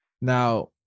Now